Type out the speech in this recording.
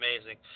amazing